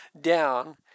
down